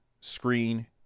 screen